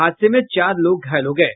हादसे में चार लोग घायल हो गये